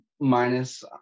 Minus